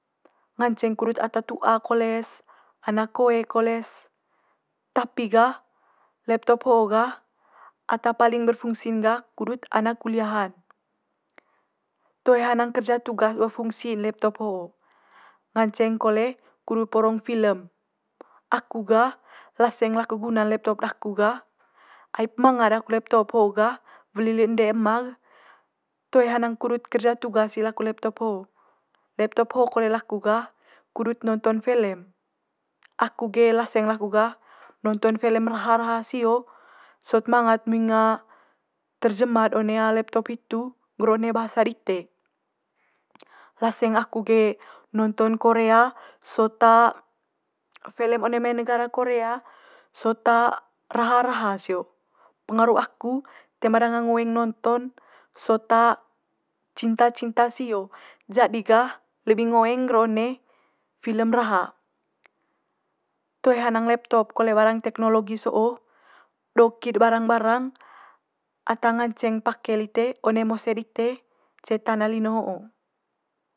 Nganceng kudut ata tua kole's, anak koe kole's. Tapi gah laptop ho'o gah ata paling berfungsi'n gah kudut anak kuliahan. Toe hanang kerja tugas bo fungsi'n laptop ho nganceng kole kudut porong filem. Aku gah laseng laku guna'n laptop daku gah ai manga daku laptop ho gah weli le ende ema'g toe hanang kudut kerja tugas i laku laptop ho. Laptop ho kole laku gah kudut nonton felem, aku ge laseng laku gah nonton felem raha raha sio, sot manga't muing terjema'd one laptop hitu ngger one bahasa dite. Laseng aku ge nonton korea sot felem one mai negara korea sot raha raha sio. Pengaru aku toe ma danga ngoeng nonton sot cinta cinta sio. Jadi gah lebi ngoeng ngger one filem raha. Toe hanang laptop kole barang tekhnologi so'o do kit barang barang ata nganceng pake lite one mose dite ce tana lino ho'o.